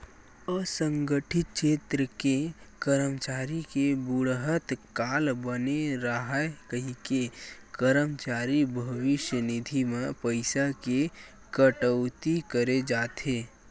असंगठित छेत्र के करमचारी के बुड़हत काल बने राहय कहिके करमचारी भविस्य निधि म पइसा के कटउती करे जाथे